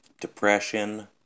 depression